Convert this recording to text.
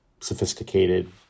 sophisticated